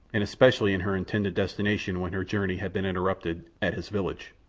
and especially in her intended destination when her journey had been interrupted at his village.